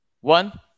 one